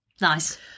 Nice